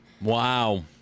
Wow